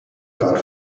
grad